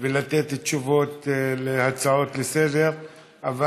ולמתן תשובות על הצעות לסדר-היום,